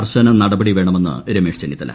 കർശന നടപടി വേണമെന്ന് രമേശ് ചെന്നിത്തല